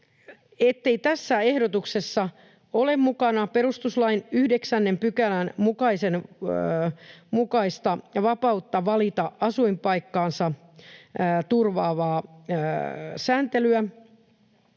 ettei tässä ehdotuksessa ole mukana perustuslain 9 §:n mukaista vapautta valita asuinpaikkansa turvaavaa sääntelyä,